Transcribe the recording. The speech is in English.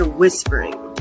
whispering